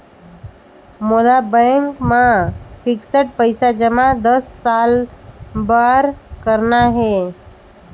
मोला बैंक मा फिक्स्ड पइसा जमा दस साल बार करना हे?